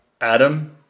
Adam